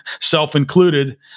self-included